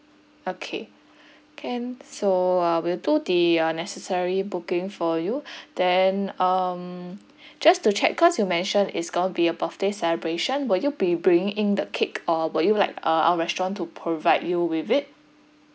okay can so uh we'll do the uh necessary booking for you then um just to check cause you mentioned it's going to be a birthday celebration will you be bringing in the cake or will you like uh our restaurant to provide you with it